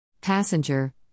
Passenger